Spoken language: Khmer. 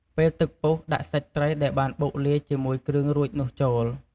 ពេលទឹកពុះដាក់សាច់ត្រីដែលបានបុកលាយជាមួយគ្រឿងរួចនោះចូល។